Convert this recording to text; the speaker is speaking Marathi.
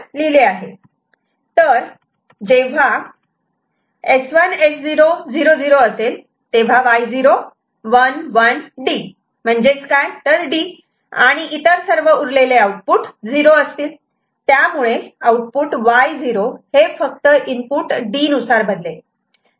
D तर जेव्हा S1 S0 00 असेल तेव्हा Y0 11D D आणि इतर सर्व उरलेले आउटपुट झिरो असतील त्यामुळे आउटपुट Y0 हे फक्त इनपुट D नुसार बदलेल